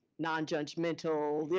non-judgmental.